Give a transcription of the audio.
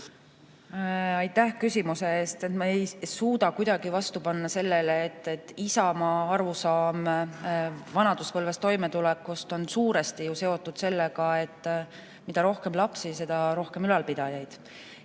Aitäh küsimuse eest! Ma ei suuda kuidagi vastu panna sellele, et Isamaa arusaam vanaduspõlves toimetulekust on suuresti seotud sellega, et mida rohkem lapsi, seda rohkem ülalpidajaid.